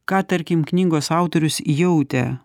ką tarkim knygos autorius jautė